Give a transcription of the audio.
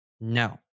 No